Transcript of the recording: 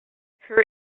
her